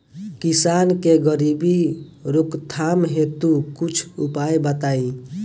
किसान के गरीबी रोकथाम हेतु कुछ उपाय बताई?